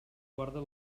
guarda